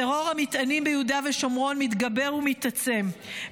טרור המטענים ביהודה ושומרון מתגבר ומתעצם.